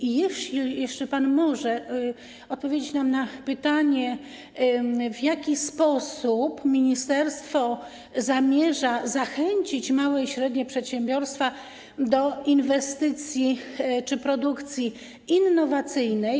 I jeśli jeszcze pan może odpowiedzieć nam na pytanie: W jaki sposób ministerstwo zamierza zachęcić małe i średnie przedsiębiorstwa do inwestycji czy produkcji innowacyjnej?